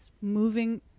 moving